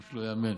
זה פשוט לא ייאמן.